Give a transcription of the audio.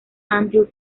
andreu